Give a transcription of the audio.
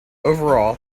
overall